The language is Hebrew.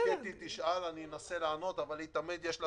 כשהגעתי למשרד, התברר שיש כ-9,800